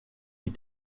die